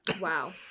Wow